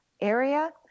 area